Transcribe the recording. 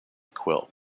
quill